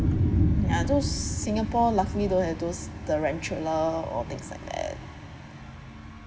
ya those singapore luckily don't have those the tarantula or things like that